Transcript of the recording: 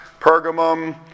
Pergamum